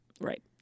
Right